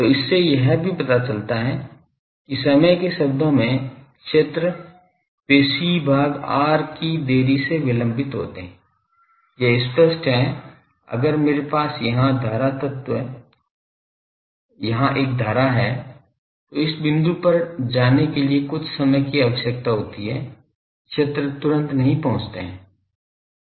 तो इससे यह भी पता चलता है कि समय के शब्दों में क्षेत्र वे c भाग r की देरी से विलंबित होते है यह स्पष्ट है अगर मेरे पास यहां एक धारा है तो इस बिंदु पर जाने के लिए कुछ समय की आवश्यकता होती है क्षेत्र तुरंत नहीं पहुंचते हैं